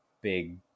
big